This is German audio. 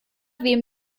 wem